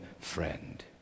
friend